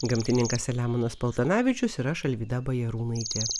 gamtininkas selemonas paltanavičius ir aš alvyda bajarūnaitė